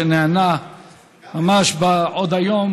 שנענה ממש עוד היום,